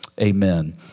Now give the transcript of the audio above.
amen